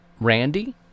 Randy